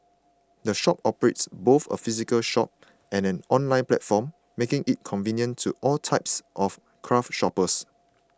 the shop operates both a physical shop and an online platform making it convenient to all types of craft shoppers